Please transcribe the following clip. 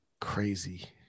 Crazy